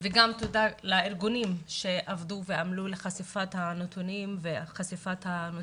וגם תודה לארגונים שעבדו ועמלו לחשיפת הנתונים וחשיפת הנושא.